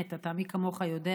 באמת, מי כמוך יודע.